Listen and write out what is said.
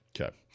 Okay